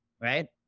right